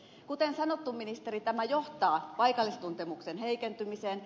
kuten sanottu ministeri tämä johtaa paikallistuntemuksen heikentymiseen